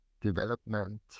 development